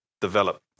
develop